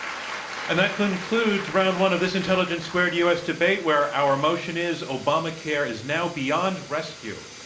um and that concludes round one of this intelligence squared u. s. debate, where our motion is obamacare is now beyond rescue.